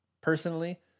personally